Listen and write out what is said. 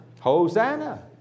Hosanna